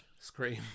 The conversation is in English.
scream